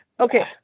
Okay